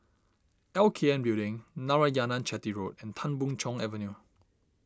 L K N Building Narayanan Chetty Road and Tan Boon Chong Avenue